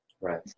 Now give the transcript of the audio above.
right